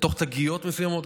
לתוך תגיות מסוימות,